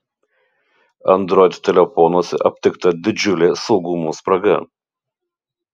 android telefonuose aptikta didžiulė saugumo spraga